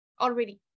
already